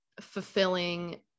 fulfilling